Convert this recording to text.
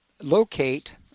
locate